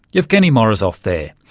evgeny morozov there.